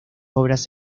obras